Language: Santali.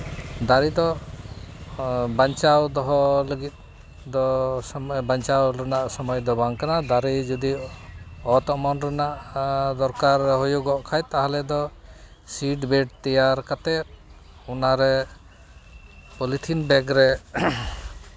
ᱫᱟᱨᱮ ᱫᱚ ᱵᱟᱧᱪᱟᱣ ᱫᱚᱦᱚ ᱞᱟᱹᱜᱤᱫ ᱫᱚ ᱥᱚᱢᱚᱭ ᱵᱟᱧᱪᱟᱣ ᱨᱮᱱᱟᱜ ᱥᱚᱢᱚᱭ ᱫᱚ ᱵᱟᱝ ᱠᱟᱱᱟ ᱫᱟᱨᱮ ᱡᱩᱫᱤ ᱚᱛ ᱚᱢᱚᱱ ᱨᱮᱱᱟᱜ ᱫᱚᱨᱠᱟᱨ ᱦᱩᱭᱩᱜᱚᱜ ᱠᱷᱟᱱ ᱛᱟᱦᱚᱞᱮ ᱫᱚ ᱥᱤᱴᱵᱞᱮᱴ ᱛᱮᱭᱟᱨ ᱠᱟᱛᱮᱫ ᱚᱱᱟᱨᱮ ᱯᱚᱞᱤᱛᱷᱤᱱ ᱵᱮᱜᱽ ᱨᱮ